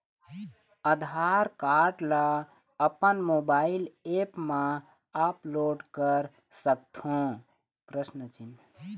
आधार card ला अपन mobile app मा अपलोड कर सकथों?